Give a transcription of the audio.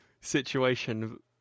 situation